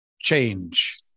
change